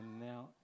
now